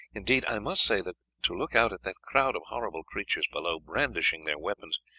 indeed, i must say that to look out at that crowd of horrible creatures below, brandishing their weapons,